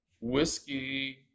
whiskey